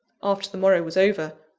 after the morrow was over,